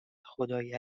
خدای